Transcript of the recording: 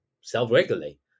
self-regulate